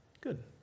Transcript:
Good